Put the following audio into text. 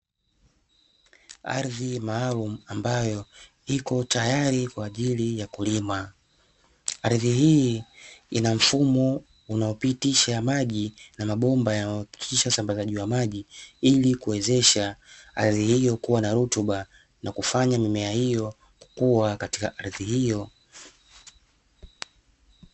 Ardhi maalumu ambayo iko tayari kwa ajili ya kulima, ardhi hii ina mfumo unaopitisha maji na mabomba yanayohakikisha usambazaji wa maji, ili kuwezesha ardhi hiyo kuwa na rutuba na kufanya mimea hiyo kukua katika ardhi hiyo.